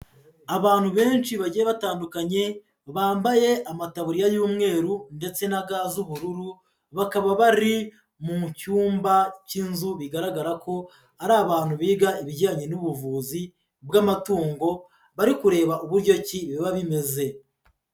Abantu benshi bagiye batandukanye bambaye amataburiya y'umweru ndetse na ga z'ubururu, bakaba bari mu cyumba k'inzu bigaragara ko ari abantu biga ibijyanye n'ubuvuzi bw'amatungo bari kureba uburyo ki biba bimeze.